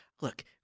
Look